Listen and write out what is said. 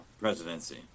presidency